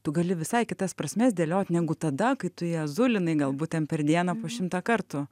tu gali visai kitas prasmes dėliot negu tada kai tu ją zulinai galbūt ten per dieną po šimtą kartų